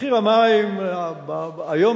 מחיר המים היום,